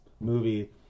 movie